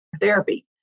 therapy